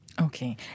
Okay